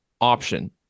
option